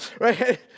right